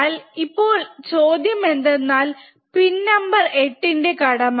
എന്നാൽ ഇപ്പോൾ ചോദ്യം എന്തെന്നാൽ എന്താണ് പിൻ നമ്പർ 8 ന്റെ കടമ